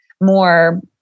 more